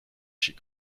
chez